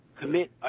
commit